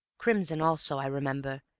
crimson also, i remember,